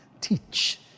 teach